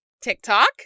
TikTok